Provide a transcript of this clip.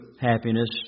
happiness